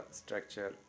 structure